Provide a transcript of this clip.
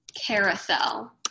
carousel